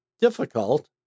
difficult